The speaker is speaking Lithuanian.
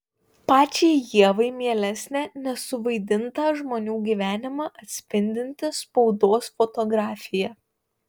pačiai ievai mielesnė nesuvaidintą žmonių gyvenimą atspindinti spaudos fotografija